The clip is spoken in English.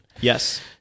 yes